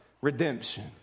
redemption